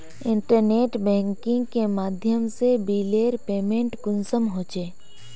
Internet banking के माध्यम से बिलेर पेमेंट कुंसम होचे?